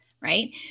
right